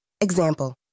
Example